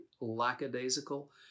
lackadaisical